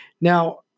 Now